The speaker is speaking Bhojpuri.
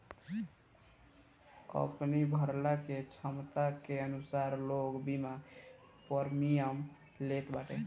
अपनी भरला के छमता के अनुसार लोग बीमा प्रीमियम लेत बाटे